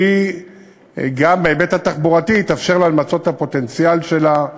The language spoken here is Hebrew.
שגם בהיבט התחבורתי יתאפשר לה למצות את הפוטנציאל שלה,